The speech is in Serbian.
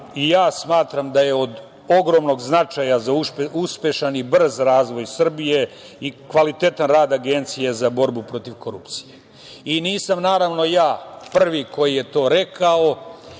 i ja smatram da je od ogromnog značaja za uspešan i brz razvoj Srbije i kvalitetan rad Agencije za borbu protiv korupcije i nisam naravno ja prvi koji je to rekao. Mi